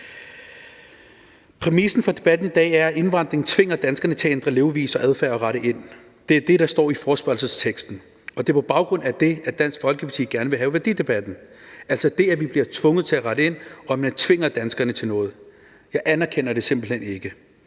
Præmissen for debatten i dag er, at indvandring tvinger danskerne til at ændre levevis og adfærd og til at rette ind. Det er det, der står i forespørgselsteksten. Og det er på baggrund af det, Dansk Folkeparti gerne vil have værdidebatten, altså det, at vi bliver tvunget til at rette ind, og det, at man tvinger danskerne til noget. Jeg anerkender det simpelt hen ikke.